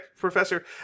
professor